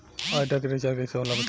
Idea के recharge कइसे होला बताई?